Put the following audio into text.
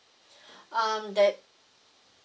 um that